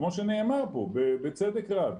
כמו שנאמר פה בצדק רב,